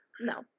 No